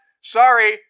sorry